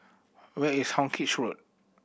where is Hawkinge Road